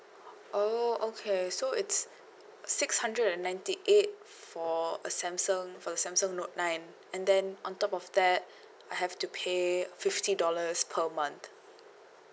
oh okay so it's six hundred and ninety eight for a samsung for the samsung note nine and then on top of that I have to pay fifty dollars per month